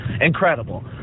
Incredible